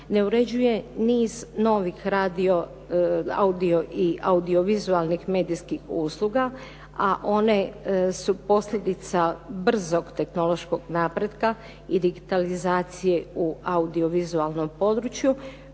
ne uređuje niz novih audio i audiovizualnih medijskih usluga, a one su posljedica brzog tehnološkog napretka i digitalizacije u audiovizualnom području